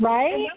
Right